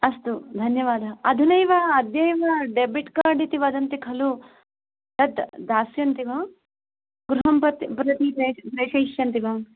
अस्तु धन्यवादः अधुनैव अद्यैव डेबिट् कार्ड इति वदन्ति खलु तत् दास्यन्ति वा गृहं प्रति प्रेषयिष्यन्ति वा